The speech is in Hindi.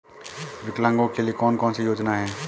विकलांगों के लिए कौन कौनसी योजना है?